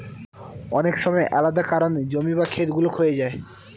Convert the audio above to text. অনেক সময় আলাদা কারনে জমি বা খেত গুলো ক্ষয়ে যায়